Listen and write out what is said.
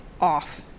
off